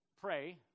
pray